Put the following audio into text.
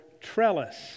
trellis